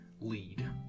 lead